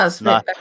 No